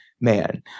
man